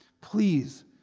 please